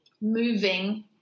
moving